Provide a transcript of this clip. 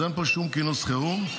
אז אין פה שום כינוס חירום.